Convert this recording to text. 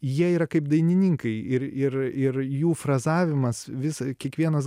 jie yra kaip dainininkai ir ir ir jų frazavimas visa kiekvienas